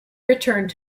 returned